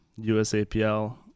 usapl